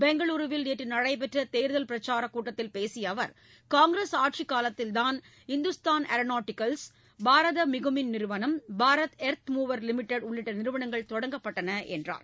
பெங்களூருவில் நேற்று நடைபெற்ற தேர்தல் பிரச்சாரக் கூட்டத்தில் பேசிய அவர் காங்கிரஸ் ஆட்சிக்காலத்தில்தான் இந்துஸ்தான் ஏரோநாட்டிக்கல்ஸ் பாரத மிகுமின் நிறுவனம் பாரத் எர்த்மூவர் லிமிடெட் உள்ளிட்ட நிறுவனங்கள் தொடங்கப்பட்டன என்றார்